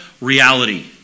reality